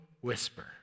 whisper